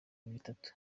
bitatu